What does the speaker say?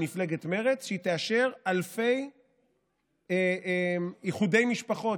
מפלגת מרצ שהיא תאשר אלפי איחודי משפחות,